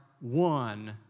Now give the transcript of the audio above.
one